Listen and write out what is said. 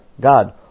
God